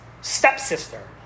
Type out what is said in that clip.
stepsister